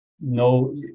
No